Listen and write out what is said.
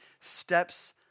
steps